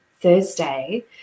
thursday